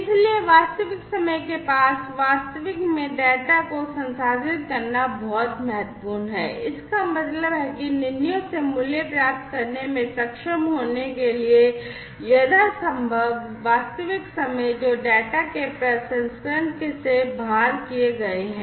इसलिए वास्तविक समय के पास वास्तविक में डेटा को संसाधित करना बहुत महत्वपूर्ण है इसका मतलब है कि निर्णयों से मूल्य प्राप्त करने में सक्षम होने के लिए यथासंभव वास्तविक समय जो डेटा के प्रसंस्करण से बाहर किए गए हैं